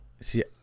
See